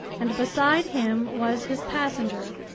and beside him was his passenger,